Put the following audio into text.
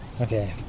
Okay